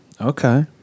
okay